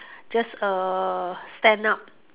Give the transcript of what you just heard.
just a stand up